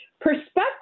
perspective